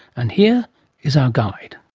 and here is our guide.